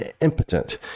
impotent